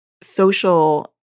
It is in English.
social